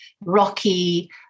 rocky